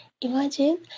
Imagine